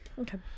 Okay